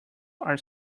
are